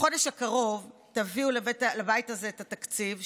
בחודש הקרוב תביאו לבית הזה את התקציב,